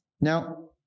Now